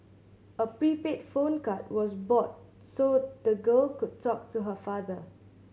a prepaid phone card was bought so the girl could talk to her father